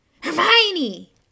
Hermione